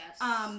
Yes